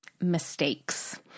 mistakes